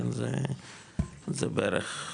זה בערך,